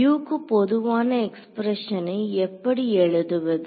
U க்கு பொதுவான எக்ஸ்பிரஷனை எப்படி எழுதுவது